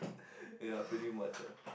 yeah pretty much ah